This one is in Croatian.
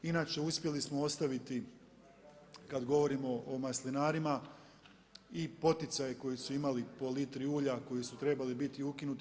Inače, uspjeli smo ostaviti kad govorimo o maslinarima i poticaje koje su imali po litri ulja, koji su trebali biti ukinuti.